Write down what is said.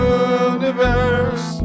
universe